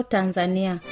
Tanzania